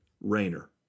Rayner